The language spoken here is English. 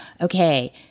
okay